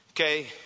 okay